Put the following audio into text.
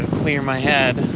clear my head. and